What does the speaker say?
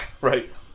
right